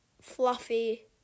fluffy